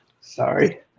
Sorry